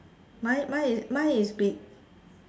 mine mine is mine is pink